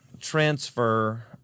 transfer